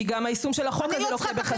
כי גם היישום של החוק הזה לוקה בחסר.